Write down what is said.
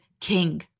king